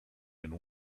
and